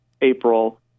April